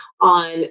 on